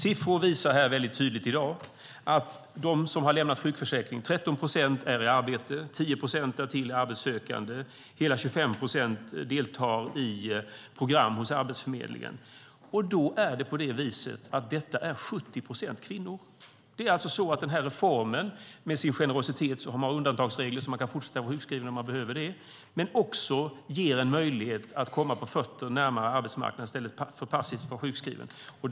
Siffror visar väldigt tydligt i dag att 13 procent av dem som har lämnat sjukförsäkringen är i arbete och att 10 procent därtill är arbetssökande. Hela 25 procent deltar i program hos Arbetsförmedlingen. Då är det på det viset att detta är 70 procent kvinnor. Denna reform med sin generositet - det finns undantagsregler så att man kan fortsätta att vara sjukskriven om man behöver det - ger en möjlighet att komma på fötter närmare arbetsmarknaden i stället för att passivt vara sjukskriven.